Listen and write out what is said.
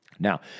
Now